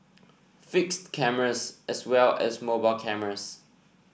fixed cameras as well as mobile cameras